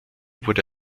wurde